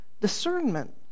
discernment